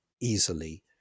easily